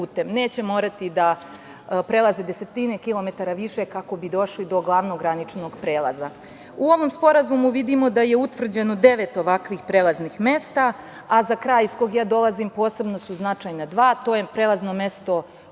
Neće morati da prelaze desetine kilometara više kako bi došli do glavnog graničnog prelaza.U ovom sporazumu vidimo da je utvrđeno devet ovakvih prelaznih mesta a za kraj iz kog ja dolazim posebno su značajna dva. To je prelazno mesto Olandići,